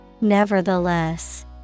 Nevertheless